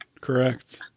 correct